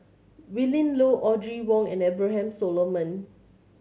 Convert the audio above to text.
Willin Low Audrey Wong and Abraham Solomon